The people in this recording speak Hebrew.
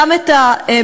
גם את המדיניות,